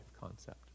concept